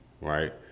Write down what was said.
Right